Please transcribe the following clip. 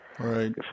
Right